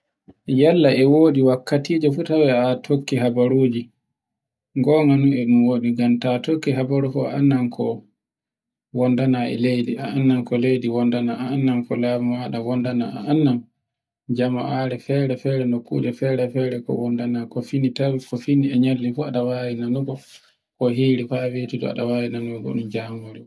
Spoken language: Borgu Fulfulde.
Yalle e wodi wakkatiji fu tokki a tawi habaruji. Gonga nun e ɗun waɗi ngan ta tokki habaru annan ko gondana a e leydi a annan e leydi gondana a annan jama'are fere-fere, nukkuje fere-fere ko wundona ko fini tan. Ko fini e nyalli e tawayi ko hiri fu